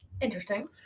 Interesting